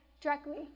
directly